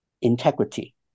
integrity